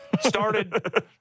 Started